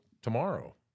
tomorrow